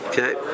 Okay